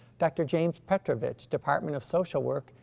dr. james petrovich, department of social work,